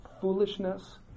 foolishness